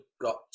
got